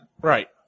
Right